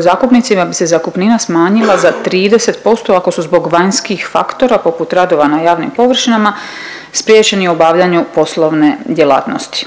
zakupnicima bi se zakupnina smanjila za 30% ako su zbog vanjskih faktora poput radova na javnim površinama spriječeni u obavljanju poslovne djelatnosti.